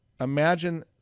imagine